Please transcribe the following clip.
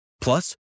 Plus